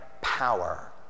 power